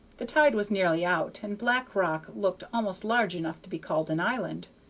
the tide was nearly out, and black rock looked almost large enough to be called an island.